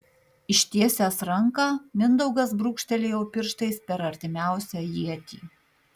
ištiesęs ranką mindaugas brūkštelėjo pirštais per artimiausią ietį